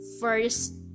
first